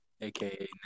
aka